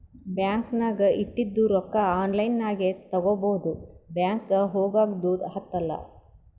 bank ನಾಗ್ ಇಟ್ಟಿದು ರೊಕ್ಕಾ ಆನ್ಲೈನ್ ನಾಗೆ ತಗೋಬೋದು ಬ್ಯಾಂಕ್ಗ ಹೋಗಗ್ದು ಹತ್ತಲ್